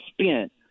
spent